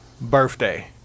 birthday